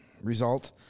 result